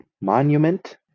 Monument